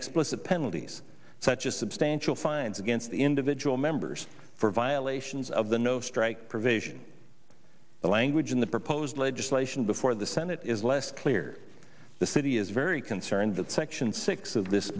explicit penalties such a substantial fines against individual members for violations of the no strike provision the language in the proposed legislation before the senate is less clear the city is very concerned that section six of this